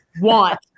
want